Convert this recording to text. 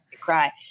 cry